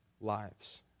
lives